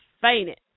fainted